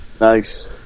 Nice